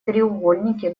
треугольники